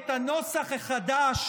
ואת הנוסח החדש